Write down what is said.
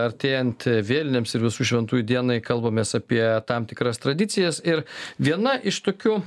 artėjant vėlinėms ir visų šventųjų dienai kalbamės apie tam tikras tradicijas ir viena iš tokių